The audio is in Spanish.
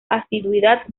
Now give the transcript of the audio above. asiduidad